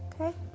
Okay